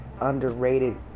underrated